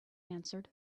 answered